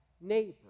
neighbor